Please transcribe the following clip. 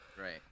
right